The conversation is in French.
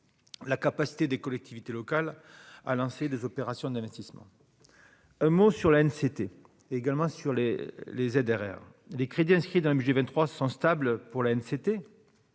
la capacité des collectivités locales à lancer des opérations d'investissement, un mot sur la une, c'était également sur les les ZRR les crédits inscrits dans le budget 23 stables pour la haine